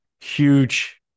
huge